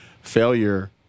failure